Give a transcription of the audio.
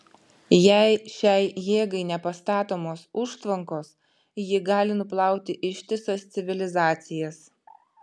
jei šiai jėgai nepastatomos užtvankos ji gali nuplauti ištisas civilizacijas